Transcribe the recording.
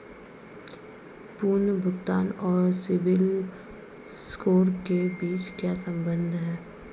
पुनर्भुगतान और सिबिल स्कोर के बीच क्या संबंध है?